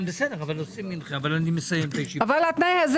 גם התנאי הזה